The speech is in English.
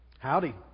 Howdy